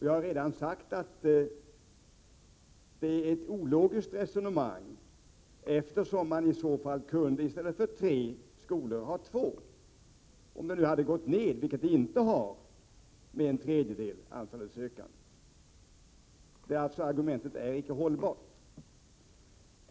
Jag har redan sagt att det är ett ologiskt resonemang, eftersom man i så fall i stället för tre skolor kunde ha två, om antalet sökande hade gått ned med en tredjedel — vilket det inte har. Det argumentet är alltså icke hållbart.